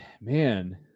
man